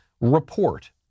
Report